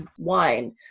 wine